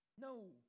No